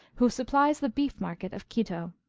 who supplies the beef-market of quito.